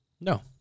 No